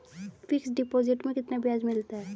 Fix deposit में कितना ब्याज मिलता है?